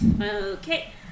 Okay